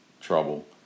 trouble